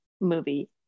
movie